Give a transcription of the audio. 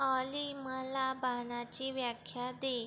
ऑली मला बाणाची व्याख्या दे